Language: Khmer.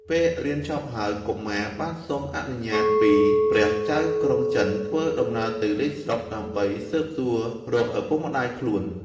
ពេលរៀនចប់ហើយ កុមារបានសុំអនុញ្ញាតពីព្រះចៅក្រុងចិន ធ្វើដំណើរទៅលេងស្រុក ដើម្បីស៊ើបសួររកឪពុកម្តាយខ្លួន។